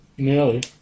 Nearly